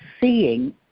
seeing